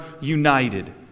united